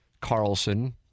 Carlson